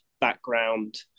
background